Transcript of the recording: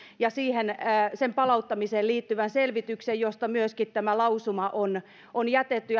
ja sen palauttamiseen liittyvän selvityksen josta myöskin tämä lausuma on on jätetty